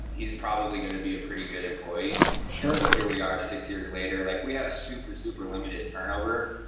he's probably gonna be a pretty good employee and so here we are six years later. like we have super super limited turnover,